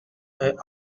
est